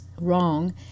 wrong